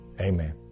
Amen